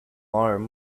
arm